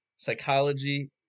psychology